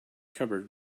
cupboard